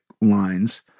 lines